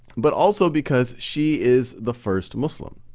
but also because she is the first muslim.